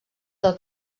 del